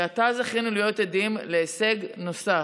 ועתה זכינו להיות עדים להישג נוסף.